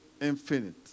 Infinite